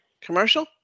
commercial